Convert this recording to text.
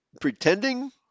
Pretending